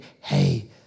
hey